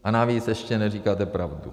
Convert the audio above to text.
A navíc ještě neříkáte pravdu.